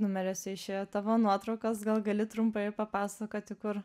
numeriuose išėjo tavo nuotraukos gal gali trumpai papasakoti kur